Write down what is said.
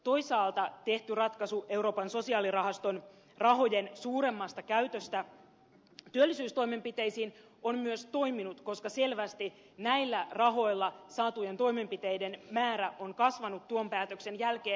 toisaalta tehty ratkaisu euroopan sosiaalirahaston rahojen suuremmasta käytöstä työllisyystoimenpiteisiin on myös toiminut koska selvästi näillä rahoilla saatujen toimenpiteiden määrä on kasvanut tuon päätöksen jälkeen